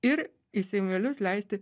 ir į seimelius leisti